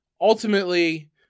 Ultimately